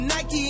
Nike